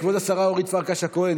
כבוד השרה אורית פרקש הכהן,